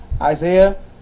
Isaiah